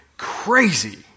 Crazy